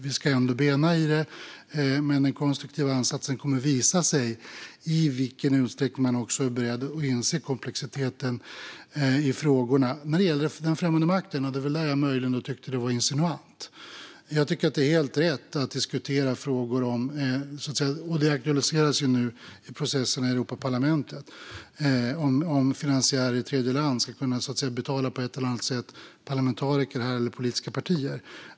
Vi ska ändå bena i frågan, men den konstruktiva ansatsen kommer att visa i vilken utsträckning man är beredd att inse komplexiteten i frågorna. Det var det som gällde den främmande makten jag möjligen tyckte var insinuant. Jag tycker att det är helt rätt att diskutera - och det aktualiseras ju nu i processerna i Europaparlamentet - om finansiärer i tredjeland på ett eller annat sätt ska kunna betala parlamentariker eller politiska partier.